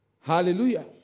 Hallelujah